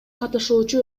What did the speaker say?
катышуучу